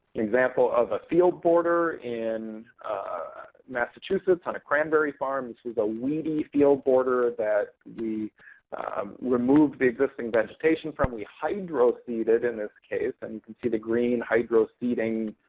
an example of a field border in massachusetts on a cranberry farm, which and so is a weedy field border that we removed the existing vegetation from. we hydro-seeded, in this case, and you can see the green hydro-seeding